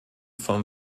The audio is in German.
vom